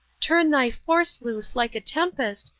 turn thy force loose like a tempest,